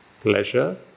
pleasure